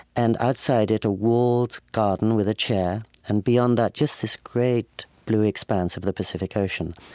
and outside it a walled garden with a chair, and beyond that just this great blue expanse of the pacific ocean.